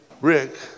Rick